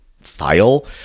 file